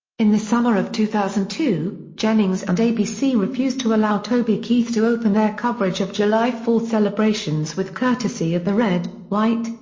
in the summer of two thousand and two, jennings and abc refused to allow toby keith to open their coverage of july four celebrations with courtesy of the red, white,